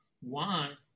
One